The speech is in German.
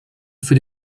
für